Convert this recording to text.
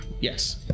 yes